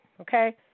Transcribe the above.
okay